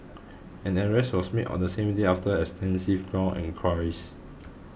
an arrest was made on the same day after extensive ground enquiries